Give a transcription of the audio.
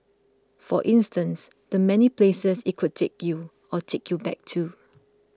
for instance the many places it could take you or take you back to